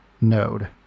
Node